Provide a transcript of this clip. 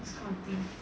this kind of thing